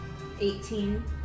18